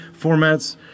formats